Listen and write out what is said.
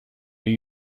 new